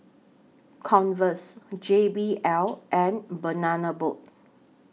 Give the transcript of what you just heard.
Converse J B L and Banana Boat